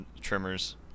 trimmers